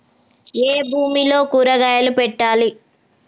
ఏ భూమిలో కూరగాయలు పెట్టాలి?